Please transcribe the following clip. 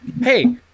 hey